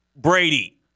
Brady